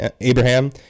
Abraham